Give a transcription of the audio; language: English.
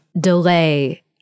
delay